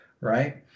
right